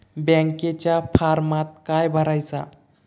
बँकेच्या फारमात काय भरायचा?